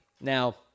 Now